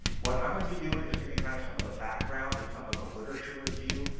what i'm going to be doing is giving kind of some of the background and some of the literature review.